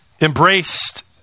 embraced